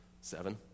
seven